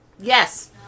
yes